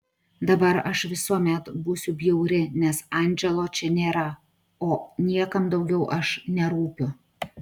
dabar aš visuomet būsiu bjauri nes andželo čia nėra o niekam daugiau aš nerūpiu